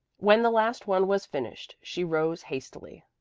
when the last one was finished she rose hastily.